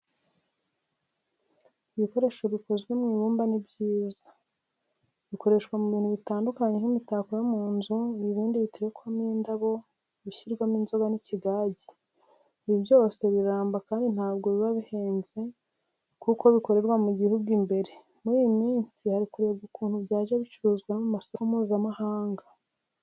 Ibikoresho bikozwe mu ibumba ni byiza, bikoreshwa mu bintu bitandukanye nk'imitako yo mu nzu, ibibindi biterwamo indabo, ibishyirwamo inzoga nk'ikigage, ibi byose biraramba kandi ntabwo biba bihenze kuko bikorerwa mu gihugu imbere. Muri iyi minsi hari kurebwa ukuntu byajya bicuruzwa no ku masoko mpuzamahanga.